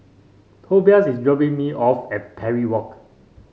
Tobias is dropping me off at Parry Walk